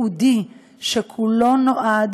דברים, ויש לנו עוד הרבה מה לעשות,